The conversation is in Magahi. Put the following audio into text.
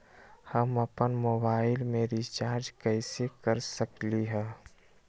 हम अपन मोबाइल में रिचार्ज कैसे कर सकली ह?